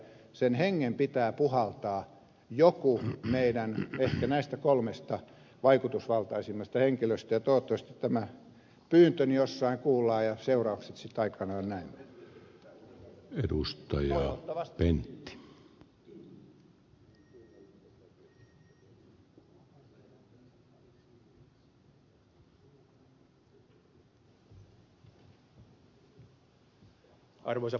se henki pitää puhaltaa jonkun meidän ehkä näistä kolmesta vaikutusvaltaisimmasta henkilöstämme ja toivottavasti tämä pyyntöni jossain kuullaan ja seuraukset sitten aikanaan näemme